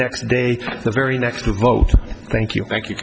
next day the very next to a vote thank you thank you